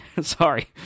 Sorry